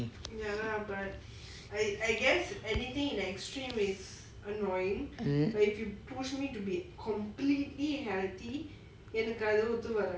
mm